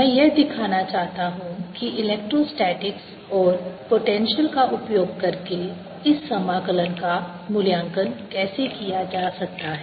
मैं यह दिखाना चाहता हूं कि इलेक्ट्रोस्टैटिक्स और पोटेंशियल का उपयोग करके इस समाकलन का मूल्यांकन कैसे किया जा सकता है